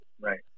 right